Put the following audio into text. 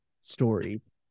stories